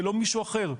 זה לא מישהו אחר.